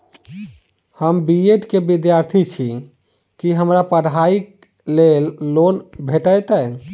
हम B Ed केँ विद्यार्थी छी, की हमरा पढ़ाई लेल लोन भेटतय?